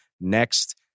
next